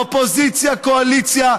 אופוזיציה-קואליציה,